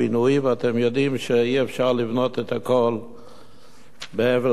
ואתם יודעים שאי-אפשר לבנות הכול בהבל פה,